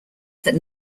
that